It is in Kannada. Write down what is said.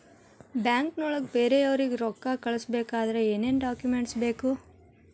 ಬ್ಯಾಂಕ್ನೊಳಗ ಬೇರೆಯವರಿಗೆ ರೊಕ್ಕ ಕಳಿಸಬೇಕಾದರೆ ಏನೇನ್ ಡಾಕುಮೆಂಟ್ಸ್ ಬೇಕು?